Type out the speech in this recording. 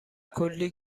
کلی